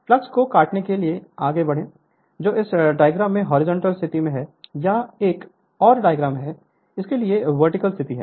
flux को काटने के लिए आगे बढ़ें जो इस डायग्राम में हॉरिजॉन्टल स्थिति में है यह एक और डायग्राम है इसके लिए वर्टिकल स्थिति है